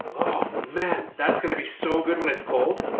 man, that's gonna be so good when it's cold.